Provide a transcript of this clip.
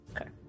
okay